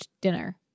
dinner